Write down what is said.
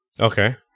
Okay